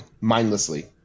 mindlessly